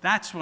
that's what